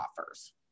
offers